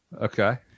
Okay